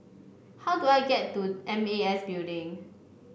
how do I get to M A S Building